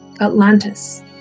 Atlantis